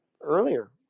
earlier